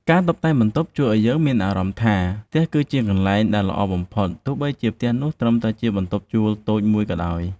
ការតុបតែងបន្ទប់ជួយឱ្យយើងមានអារម្មណ៍ថា ផ្ទះគឺជាកន្លែងដែលល្អបំផុត ទោះបីជាផ្ទះនោះត្រឹមតែជាបន្ទប់ជួលតូចមួយក៏ដោយ។